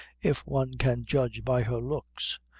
if one can judge by her looks?